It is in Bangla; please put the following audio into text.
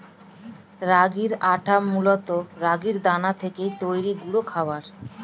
রাগির আটা মূলত রাগির দানা থেকে তৈরি গুঁড়ো খাবার